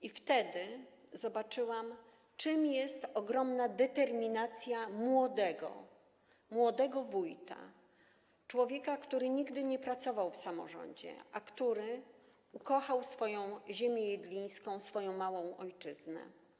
I wtedy zobaczyłam, czym jest ogromna determinacja młodego wójta, człowieka, który nigdy nie pracował w samorządzie, a który ukochał swoją ziemię jedlińską, swoją małą ojczyznę.